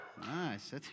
Nice